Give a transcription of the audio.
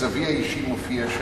מצבי האישי מופיע שם.